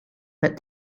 but